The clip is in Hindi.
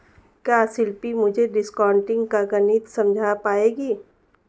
क्या शिल्पी मुझे डिस्काउंटिंग का गणित समझा पाएगी?